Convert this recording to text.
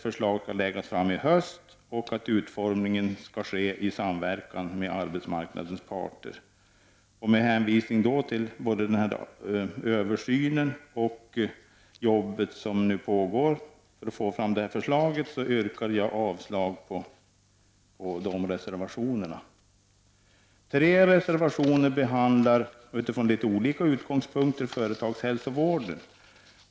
Förslaget skall läggas fram i höst och utformningen skall ske i samverkan med arbetsmarknadens parter. Med hänvisning till både översynen och det arbete som pågår för att få fram detta förslag yrkar jag avslag på de reservationerna. Tre reservationer behandlar, utifrån litet olika utgångspunkter, företagshälsovården.